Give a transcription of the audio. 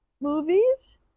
movies